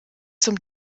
zum